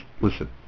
listen